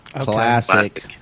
Classic